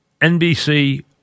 NBC